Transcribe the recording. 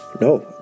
no